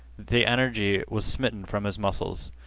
the energy was smitten from his muscles.